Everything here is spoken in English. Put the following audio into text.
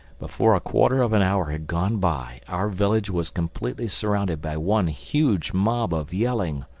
before a quarter of an hour had gone by our village was completely surrounded by one huge mob of yelling,